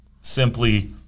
simply